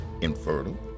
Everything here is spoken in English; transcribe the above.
infertile